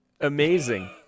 amazing